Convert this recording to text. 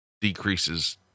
decreases